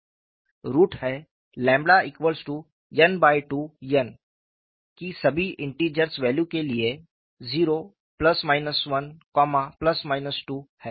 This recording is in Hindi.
रुट है n2 n की सभी इंटिजर्स वैल्यू के लिए 01 2 हैं